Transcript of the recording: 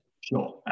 Sure